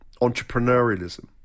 entrepreneurialism